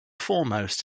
foremost